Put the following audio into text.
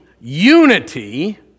unity